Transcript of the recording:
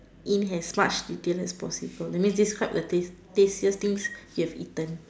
in as much detail as possible that means describe the taste tastiest things you have eaten